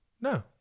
No